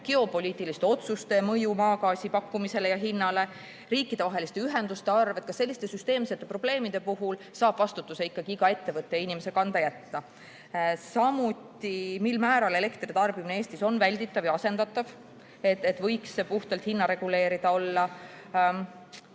geopoliitiliste otsuste mõju maagaasi pakkumisele ja hinnale, riikidevaheliste ühenduste arv, ikkagi saab vastutuse iga ettevõtte ja inimese kanda jätta? Samuti, mil määral elektri tarbimine Eestis on välditav ja asendatav, et võiks see puhtalt hinna reguleerida olla?